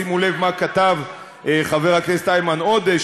שימו לב מה כתב חבר הכנסת איימן עודה,